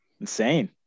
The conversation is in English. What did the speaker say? Insane